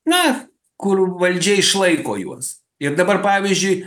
na kur valdžia išlaiko juos ir dabar pavyzdžiui